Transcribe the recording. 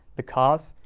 the cause?